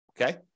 Okay